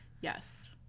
yes